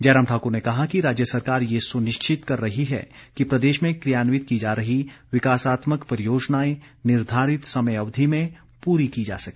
जयराम ठाकुर ने कहा कि राज्य सरकार ये सुनिश्चित कर रही है कि प्रदेश में क्रियान्वित की जा रही विकासात्मक परियोजनाएं निर्धारित समय अवधि में पूरी की जा सके